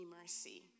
mercy